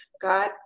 God